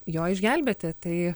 jo išgelbėti tai